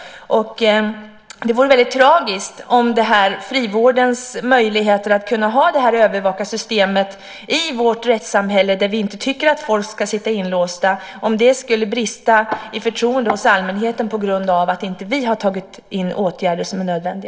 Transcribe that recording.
Det vore väldigt tragiskt om frivården inte skulle ha möjlighet att ha detta övervakarsystem i vårt rättssamhälle, där vi inte tycker att människor ska sitta inlåsta, och om det skulle brista i förtroende hos allmänheten på grund av att vi inte har vidtagit nödvändiga åtgärder.